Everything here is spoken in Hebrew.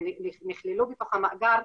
שנכללו בתוך המאגר,